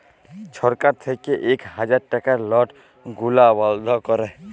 ছরকার থ্যাইকে ইক হাজার টাকার লট গুলা বল্ধ ক্যরে